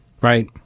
Right